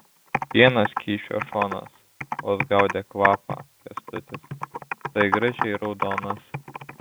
vienas kyšio šonas vos gaudė kvapą kęstutis tai gražiai raudonas